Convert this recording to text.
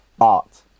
art